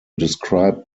described